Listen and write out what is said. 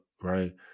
right